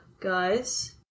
Guys